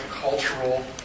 cultural